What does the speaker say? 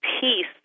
peace